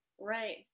Right